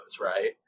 right